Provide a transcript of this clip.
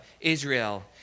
Israel